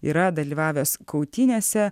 yra dalyvavęs kautynėse